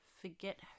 forget